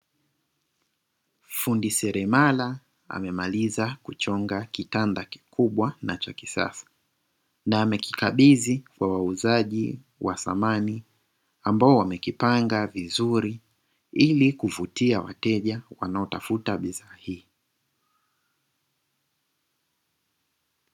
Fundi seremala amemaliza kuchonga kitanda kikubwa na cha kisasa na amekikabidhi kwa wauzaji wa samani, ambao wamekipanga vizuri ili kuvutia wateja wanaotafuta bidhaa hii.